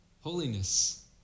Holiness